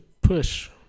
push